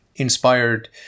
inspired